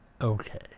okay